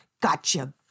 Gotcha